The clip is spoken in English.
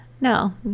no